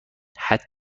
حتی